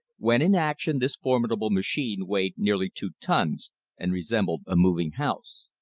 when in action this formidable machine weighed nearly two tons and resembled a moving house.